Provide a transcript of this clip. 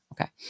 Okay